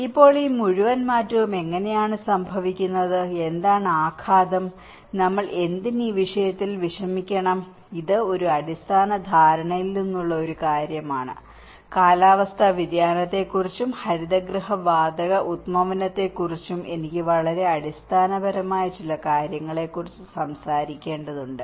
ഇപ്പോൾ ഈ മുഴുവൻ മാറ്റവും എങ്ങനെയാണ് സംഭവിക്കുന്നത് എന്താണ് ആഘാതം നമ്മൾ എന്തിന് ഈ വിഷയത്തിൽ വിഷമിക്കണം ഇത് ഒരു അടിസ്ഥാന ധാരണയിൽ നിന്നുള്ള ഒരു കാര്യമാണ് കാലാവസ്ഥാ വ്യതിയാനത്തെക്കുറിച്ചും ഹരിതഗൃഹ വാതക ഉദ്വമനത്തെക്കുറിച്ചും എനിക്ക് വളരെ അടിസ്ഥാനപരമായ ചില കാര്യങ്ങളെക്കുറിച്ച് സംസാരിക്കേണ്ടതുണ്ട്